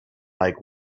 like